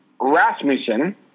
Rasmussen